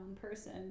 person